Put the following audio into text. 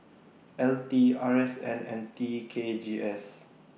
L T R S N and T K G S